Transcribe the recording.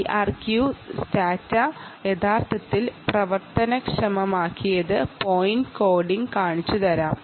IRQ സ്റ്റാറ്റ യഥാർത്ഥത്തിൽ പ്രവർത്തനക്ഷമമാക്കിയ പോയിന്റ് കോഡിൽ കാണിച്ചുതരാം